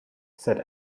said